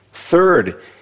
Third